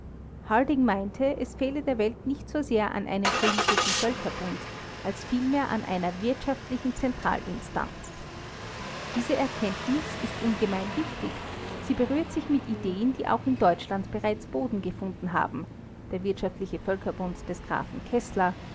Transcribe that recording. harding meinte es fehle der welt nicht so sehr an einem politischen völkerbund als vielmehr an einer wirtschaftlichen zentralinstanz diese erkenntnis ist ungemein wichtig sie berührt sich mit ideen die auch in deutschland bereits boden gefunden haben der wirtschaftliche völkerbund des grafen